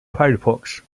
firefox